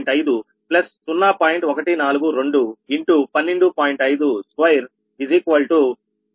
52500 Rshr